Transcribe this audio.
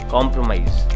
Compromise